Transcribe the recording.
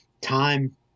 time